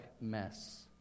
mess